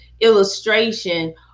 illustration